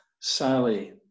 Sally